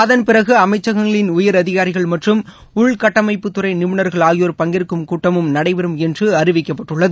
அதன்பிறகு அமைச்சகங்களின் உயரதிகாரிகள் மற்றும் உள்கட்டமைப்புத்துறை நிபுணர்கள் ஆகியோர் பங்கேற்கும் கூட்டமும் நடைபெறும் என்று அறிவிக்கப்பட்டுள்ளது